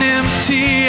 empty